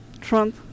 Trump